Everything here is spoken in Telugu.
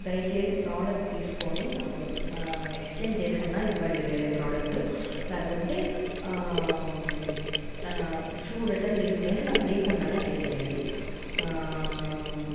దయచేసి ప్రోడక్ట్ తీసుకొని నాకు ఎక్స్చేంజ్ చేసి అన్న ఇవ్వండి వేరే ప్రోడక్ట్ లేకుంటే షూ రిటర్న్ తీసుకునేసి నాకు రిఫండ్ అయినా చేసేయండి